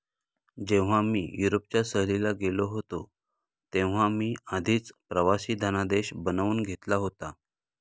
जेव्हा मी युरोपच्या सहलीला गेलो होतो तेव्हा मी आधीच प्रवासी धनादेश बनवून घेतला होता